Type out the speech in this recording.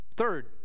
Third